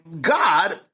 God